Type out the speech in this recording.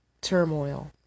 turmoil